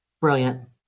Brilliant